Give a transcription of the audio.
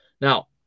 Now